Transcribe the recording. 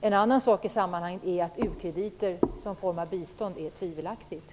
En annan sak i sammanhanget är att u-krediter är tvivelaktigt som biståndsform.